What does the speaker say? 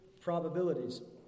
probabilities